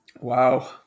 Wow